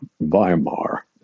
Weimar